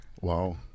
Wow